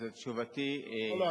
תשובתי, לא.